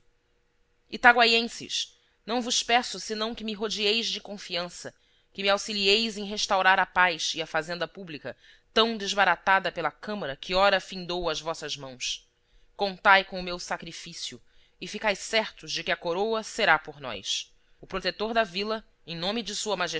serviço itaguaienses não vos peço senão que me rodeeis de confiança que me auxilieis em restaurar a paz e a fazenda publica tão desbaratada pela câmara que ora findou às vossas mãos contai com o meu sacrifício e ficai certos de que a coroa será por nós o protetor da vila em nome de sua